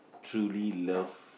truly love